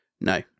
No